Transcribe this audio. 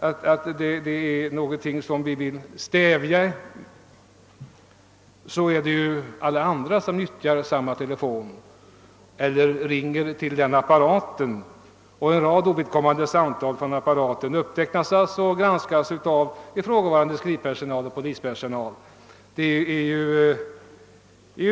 om att det är någonting som vi vill stävja — så blir ju vid en telefonavlyssning alla samtal till och från apparaten upptecknade och granskade av ifrågavarande skrivpersonal och polispersonal.